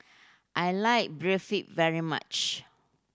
I like Barfi very much